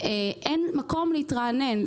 אין מקום להתרענן.